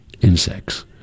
insects